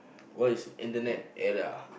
what is internet era